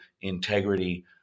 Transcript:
integrity